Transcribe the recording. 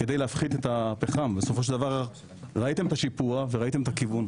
כדי להפחית את הפחם בסופו של דבר ראיתם את השיפוע וראיתם את הכיוון.